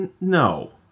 No